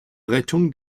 rettung